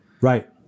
Right